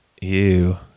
Ew